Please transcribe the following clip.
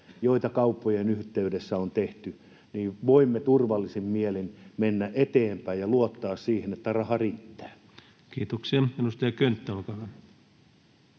joita kauppojen yhteydessä on tehty, voimme turvallisin mielin mennä eteenpäin ja luottaa siihen, että raha riittää? Kiitoksia. — Edustaja Könttä, olkaa hyvä.